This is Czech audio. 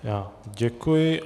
Já děkuji.